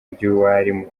ry’uwari